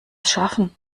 schaffen